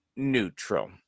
Neutral